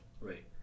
Right